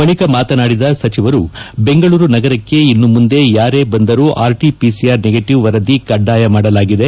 ಬಳಿಕ ಮಾತನಾಡಿದ ಸಚಿವರು ಬೆಂಗಳೂರು ನಗರಕ್ಕೆ ಇನ್ನು ಮುಂದೆ ಯಾರೇ ಬಂದರೂ ಆರ್ಟಿಒಆರ್ ನೆಗೆಟವ್ ವರದಿ ಕಡ್ಡಾಯ ಮಾಡಲಾಗಿದೆ